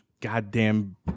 goddamn